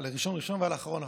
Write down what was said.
על ראשון ראשון ועל אחרון אחרון.